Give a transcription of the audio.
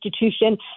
institution